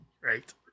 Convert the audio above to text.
right